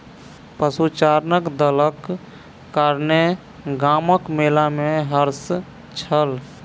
पशुचारणक दलक कारणेँ गामक मेला में हर्ष छल